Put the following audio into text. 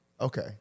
Okay